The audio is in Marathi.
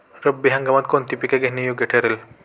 रब्बी हंगामात कोणती पिके घेणे योग्य ठरेल?